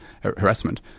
harassment